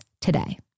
today